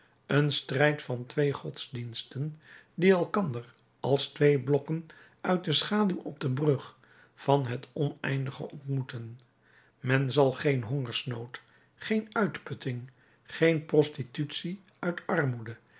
een strijd van twee godsdiensten die elkander als twee bokken uit de schaduw op de brug van het oneindige ontmoeten men zal geen hongersnood geen uitputting geen prostitutie uit armoede